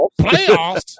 Playoffs